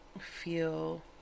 feel